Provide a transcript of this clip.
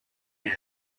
end